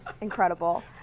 incredible